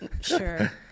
sure